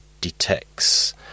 detects